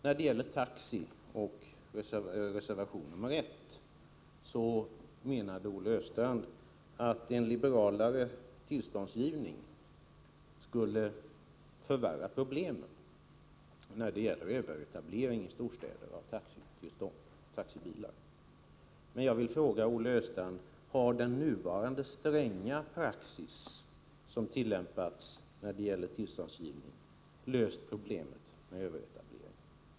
När det gäller taxi, som tas uppi reservation 1, menade Olle Östrand att en liberalare tillståndsgivning skulle förvärra problemen med överetablering i storstäderna.